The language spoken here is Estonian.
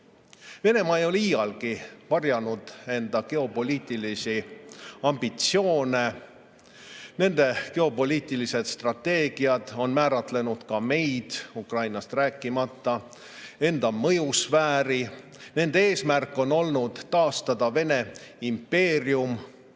Venemaa ei ole iialgi varjanud enda geopoliitilisi ambitsioone. Nende geopoliitilised strateegiad on määratlenud ka meid, Ukrainast rääkimata, enda mõjusfääri. Nende eesmärk on olnud taastada Vene impeerium.